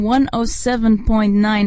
107.9